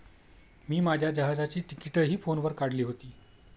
मी माझ्या जहाजाची तिकिटंही फोनवर काढली होती